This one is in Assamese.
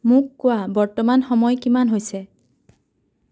মোক কোৱা বৰ্তমান সময় কিমান হৈছে